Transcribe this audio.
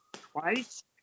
twice